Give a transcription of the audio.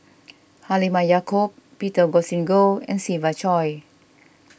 Halimah Yacob Peter Augustine Goh and Siva Choy